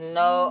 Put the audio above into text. no